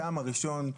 הטעם הראשון,